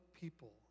people